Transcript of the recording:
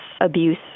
Abuse